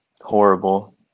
Horrible